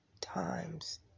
times